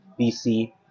BC